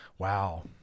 wow